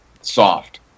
soft